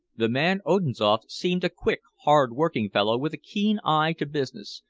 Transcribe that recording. the man odinzoff seemed a quick, hard-working fellow with a keen eye to business,